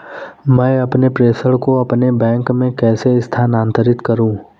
मैं अपने प्रेषण को अपने बैंक में कैसे स्थानांतरित करूँ?